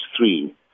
three